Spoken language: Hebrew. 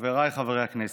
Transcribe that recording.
חבריי חברי הכנסת,